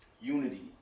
unity